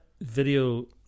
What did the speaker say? video